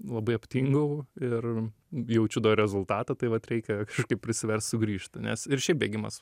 labai aptingau ir jaučiu rezultatą tai vat reikia kažkaip prisiverst sugrįžt nes ir šiaip bėgimas